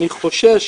אני חושש